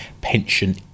pension